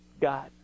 God